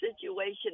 situation